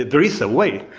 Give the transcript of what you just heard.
there is a way.